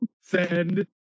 Send